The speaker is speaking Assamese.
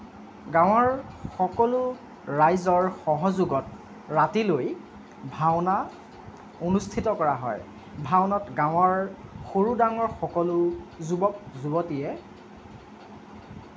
গাঁৱৰ সকলো ৰাইজৰ সহযোগত ৰাতিলৈ ভাওনা অনুষ্ঠিত কৰা হয় ভাওনাত গাঁৱৰ সৰু ডাঙৰ সকলো যুৱক যুৱতীয়ে